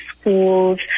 schools